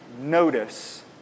notice